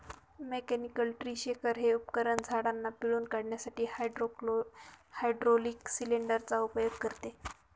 mechanical tree shaker हे उपकरण झाडांना पिळून काढण्यासाठी हायड्रोलिक सिलेंडर चा उपयोग करते